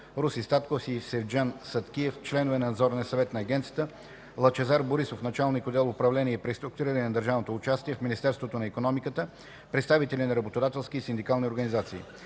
Руси Статков и Севджан Съдкъев – членове на Надзорния съвет на Агенцията, Лъчезар Борисов – началник отдел „Управление и преструктуриране на държавното участие” в Министерството на икономиката, представители на работодателски и синдикални организации.